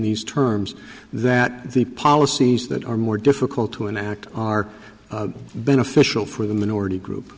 these terms that the policies that are more difficult to enact are beneficial for the minority group